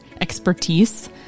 expertise